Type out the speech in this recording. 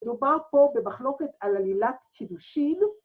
‫מדובר פה במחלוקת על עלילת קידושין.